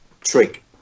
trick